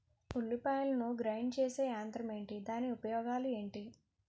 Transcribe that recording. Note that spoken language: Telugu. ఉల్లిపాయలను గ్రేడ్ చేసే యంత్రం ఏంటి? దాని ఉపయోగాలు ఏంటి?